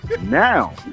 Now